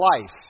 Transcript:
life